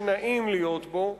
שנעים להיות בו.